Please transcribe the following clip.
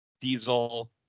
diesel